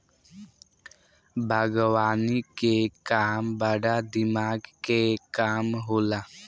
बागवानी के काम बड़ा दिमाग के काम होला